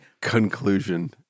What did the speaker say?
conclusion